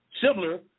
similar